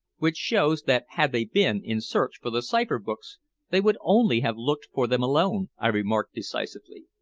which shows that had they been in search for the cipher-books they would only have looked for them alone, i remarked decisively.